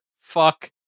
fuck